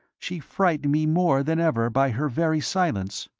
she frightened me more than ever by her very silence.